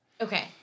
okay